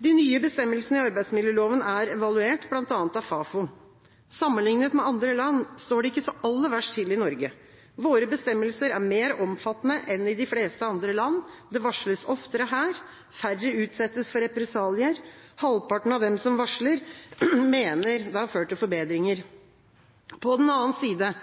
De nye bestemmelsene i arbeidsmiljøloven er evaluert, bl.a. av Fafo. Sammenlignet med andre land står det ikke så aller verst til i Norge. Våre bestemmelser er mer omfattende enn i de fleste andre land. Det varsles oftere her. Færre utsettes for represalier. Halvparten av dem som varsler, mener det har ført til forbedringer. På den annen side